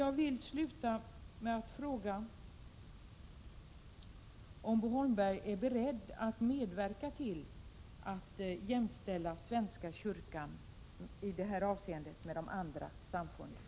Jag vill sluta med att fråga om Bo Holmberg är beredd att medverka till att i detta avseende jämställa svenska kyrkan med de andra samfunden.